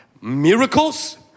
miracles